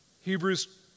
Hebrews